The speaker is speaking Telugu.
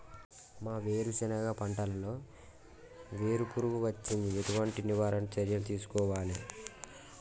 మా వేరుశెనగ పంటలలో వేరు పురుగు వచ్చింది? ఎటువంటి నివారణ చర్యలు తీసుకోవాలే?